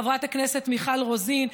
חברת הכנסת מיכל רוזין,